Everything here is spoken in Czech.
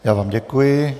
Já vám děkuji.